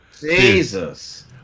Jesus